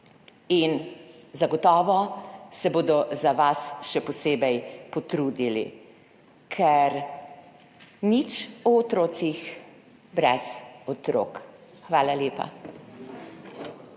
In zagotovo se bodo za vas še posebej potrudili, ker nič o otrocih brez otrok. Hvala lepa.